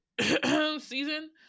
season